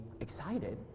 excited